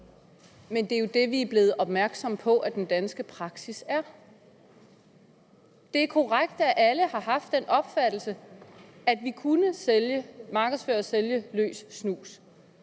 Men det er jo det, vi er blevet opmærksomme på at den danske praksis er. Det er korrekt, at alle har haft den opfattelse, at vi kunne markedsføre og sælge løs snus.